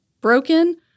broken